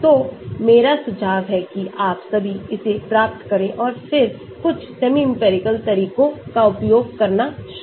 तो मेरा सुझाव है कि आप सभी इसे प्राप्त करें और फिर कुछ सेमी इंपिरिकल तरीकों का उपयोग करना शुरू करें